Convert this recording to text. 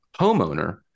homeowner